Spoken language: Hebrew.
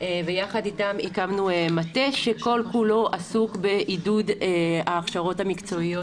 ויחד איתם הקמנו מטה שכל כולו עסוק בעידוד ההכשרות המקצועיות